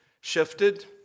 shifted